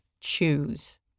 choose